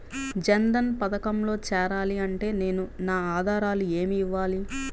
జన్ధన్ పథకంలో చేరాలి అంటే నేను నా ఆధారాలు ఏమి ఇవ్వాలి?